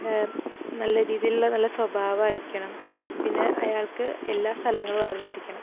നല്ല രീതിയിലുള്ള നല്ല സ്വഭാവം ആയിരിക്കണം പിന്നെ അയാൾക്ക് എല്ലാ സ്ഥലങ്ങളും അറിഞ്ഞിരിക്കണം